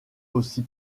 aussi